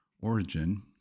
origin